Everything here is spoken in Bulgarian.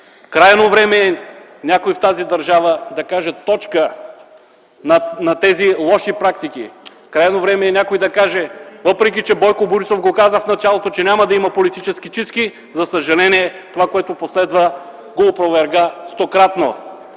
Крайно време е някой в тази държава да каже „точка” на тези лоши практики. Крайно време е някой да каже, въпреки че Бойко Борисов го каза в началото, че няма да има политически чистки, за съжаление това, което последва, го опроверга стократно,